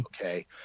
Okay